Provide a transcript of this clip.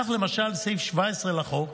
כך למשל סעיף 17 לחוק,